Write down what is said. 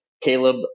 Caleb